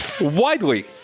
Widely